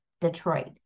Detroit